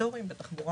חלק